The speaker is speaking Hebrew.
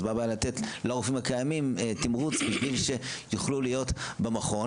אז מה הבעיה לתת לרופאים הקיימים תמרוץ בשביך שיוכלו להיות במכון,